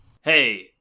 Hey